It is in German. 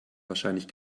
wahrscheinlich